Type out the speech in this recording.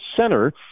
center